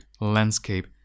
landscape